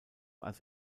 als